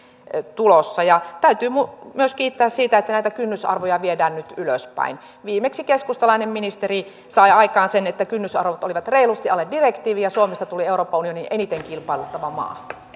tulossa ja täytyy myös kiittää siitä että näitä kynnysarvoja viedään nyt ylöspäin viimeksi keskustalainen ministeri sai aikaan sen että kynnysarvot olivat reilusti alle direktiivin ja suomesta tuli euroopan unionin eniten kilpailuttava maa